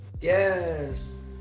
Yes